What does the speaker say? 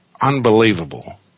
unbelievable